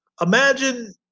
Imagine